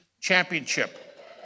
Championship